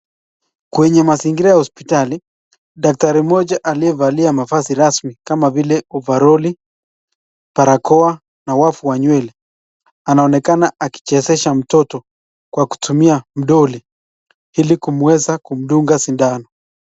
Kwenye mazingira ya hospitali, daktari moja aliyevalia mavazi rasmi kama vile ovaroli, barakoa na wafu wa nywele, anaonekana akichezesha mtoto kwa kutumia mdoli ili kumueza kumdunga sindano.